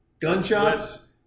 Gunshots